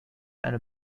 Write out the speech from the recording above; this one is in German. eine